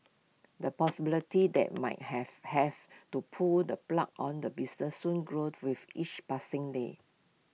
the possibility that might have have to pull the plug on the business soon grow with each passing day